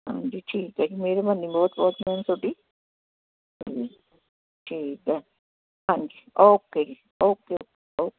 ਹਾਂਜੀ ਠੀਕ ਹੈ ਜੀ ਮੇਹਰਬਾਨੀ ਬਹੁਤ ਬਹੁਤ ਮੈਮ ਤੁਹਾਡੀ ਜੀ ਠੀਕ ਆ ਹਾਂਜੀ ਓਕੇ ਓਕੇ ਜੀ ਓਕੇ